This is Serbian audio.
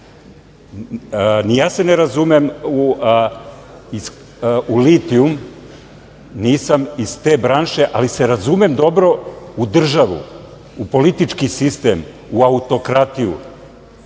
ja se ne razumem u litijum, nisam iz te branše, ali se razumem dobro u državu, u politički sistem, u autokratiju